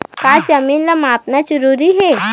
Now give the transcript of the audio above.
का जमीन ला मापना जरूरी हे?